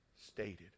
stated